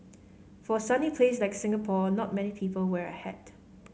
for a sunny place like Singapore not many people wear a hat